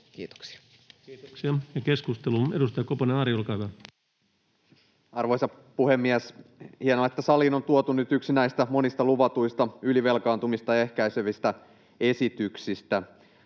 Kiitoksia. Kiitoksia. — Keskusteluun, edustaja Ari Koponen, olkaa hyvä. Arvoisa puhemies! Hienoa, että saliin on tuotu nyt yksi näistä monista luvatuista ylivelkaantumista ehkäisevistä esityksistä.